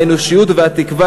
האנושיות והתקווה,